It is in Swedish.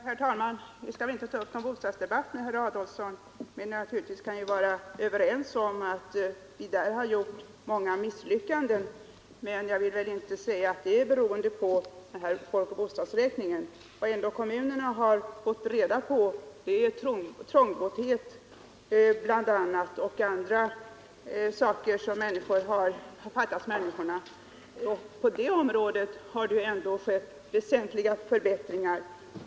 Herr talman! Jag skall inte ta upp någon bostadsdebatt med herr Adolfsson. Naturligtvis kan vi vara överens om att det har skett många misslyckanden i bostadspolitiken, men jag vill inte påstå att de beror på folkoch bostadsräkningen. Genom den har kommunerna ändå fått reda på bl.a. trångboddhet och vunnit kännedom om vad som fattats människor. Därvidlag har det ändå skett väsentliga förbättringar.